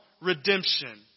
redemption